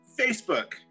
Facebook